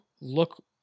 look